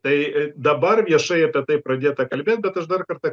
tai dabar viešai apie tai pradėta kalbėt bet aš dar kartą